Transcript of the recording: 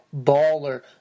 baller